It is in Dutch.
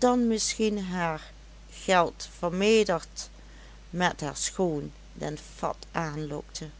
dan misschien haar geld vermeerderd met haar schoon den fat aanlokten